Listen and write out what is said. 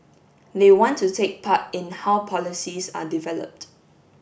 they want to take part in how policies are developed